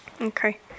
okay